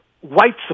white